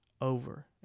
over